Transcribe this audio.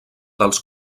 dels